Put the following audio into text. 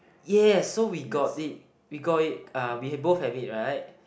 yes so we got it we got it uh we both have it right